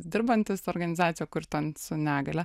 dirbantis organizacijoj o kur ten su negalia